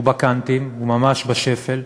הוא בקנטים, הוא ממש בשפל,